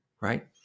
right